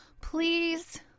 Please